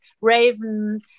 Raven